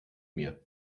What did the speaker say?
mir